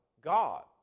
God